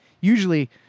Usually